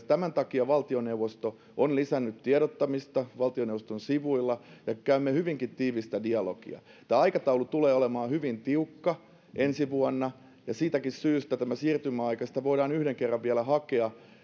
tämän takia valtioneuvosto on lisännyt tiedottamista valtioneuvoston sivuilla ja käymme hyvinkin tiivistä dialogia tämä aikataulu tulee olemaan hyvin tiukka ensi vuonna ja siitäkin syystä tähän siirtymäaikaan voidaan yhden kerran vielä hakea